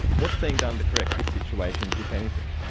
what's being done to correct this situation if anything?